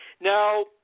Now